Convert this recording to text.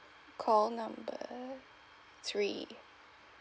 call number three